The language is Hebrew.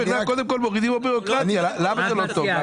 קודם כל מורידים לו בירוקרטיה, למה זה לא טוב?